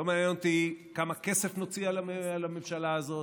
לא מעניין אותי כמה כסף נוציא על הממשלה הזאת,